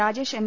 Rajesh M